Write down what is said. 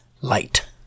light